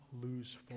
lose